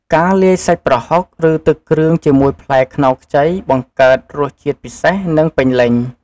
ការលាយសាច់ប្រហុក ឬទឹកគ្រឿងជាមួយផ្លែខ្នុរខ្ចី បង្កើតរសជាតិពិសេស និងពេញលេញ។